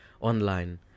online